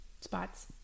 spots